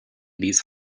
these